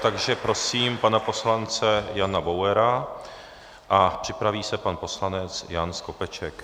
Takže prosím pana poslance Jana Bauera a připraví se pan poslanec Jan Skopeček.